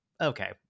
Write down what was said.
Okay